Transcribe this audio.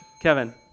Kevin